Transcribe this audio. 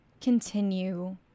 continue